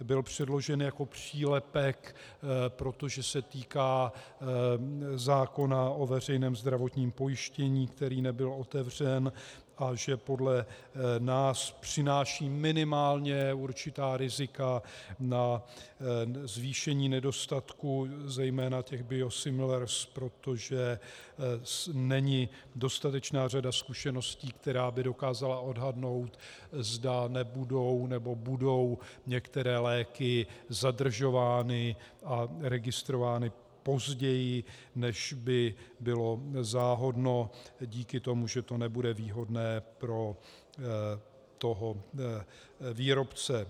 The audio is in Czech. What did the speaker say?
Byl předložen jako přílepek, protože se týká zákona o veřejném zdravotním pojištění, který nebyl otevřen, a že podle nás přináší minimálně určitá rizika na zvýšení nedostatku zejména těch biosimilars, protože není dostatečná řada zkušeností, která by dokázala odhadnout, zda nebudou, nebo budou některé léky zadržovány a registrovány později, než by bylo záhodno, díky tomu, že to nebude výhodné pro výrobce.